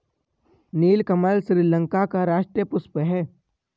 नीलकमल श्रीलंका का राष्ट्रीय पुष्प है